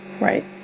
Right